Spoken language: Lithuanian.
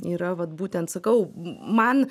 yra vat būtent sakau man